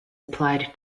applied